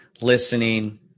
listening